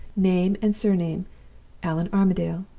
name and surname' allan armadale.